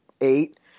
eight